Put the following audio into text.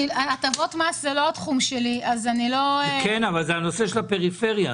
הטבות מס זה לא התחום שלי --- אבל זה הנושא של הפריפריה,